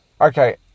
Okay